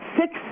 six